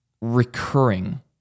recurring